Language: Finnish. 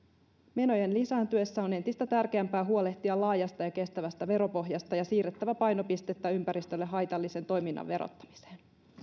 menojen lisääntyessä on entistä tärkeämpää huolehtia laajasta ja kestävästä veropohjasta ja siirrettävä painopistettä ympäristölle haitallisen toiminnan verottamiseen